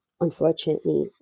unfortunately